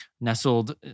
nestled